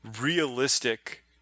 realistic